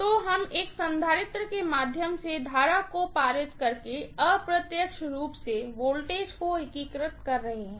तो हम एक कपैसिटर के माध्यम से करंट को पारित करके अप्रत्यक्ष रूप से वोल्टेज को एकीकृत कर रहे हैं